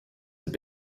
have